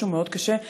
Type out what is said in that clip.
משהו מאוד קשה.